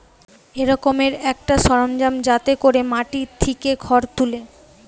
এক রকমের একটা সরঞ্জাম যাতে কোরে মাটি থিকে খড় তুলে